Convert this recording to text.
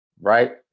right